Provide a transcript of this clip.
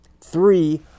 three